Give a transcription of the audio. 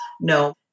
No